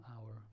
hour